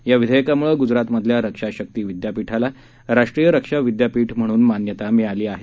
या विधेयकामुळं गुजरातमधल्या रक्षा शक्ती विद्यापीठाला राष्ट्रीय रक्षा विद्यापीठ म्हणून मान्यता मिळाली आहे